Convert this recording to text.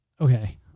okay